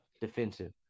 defensive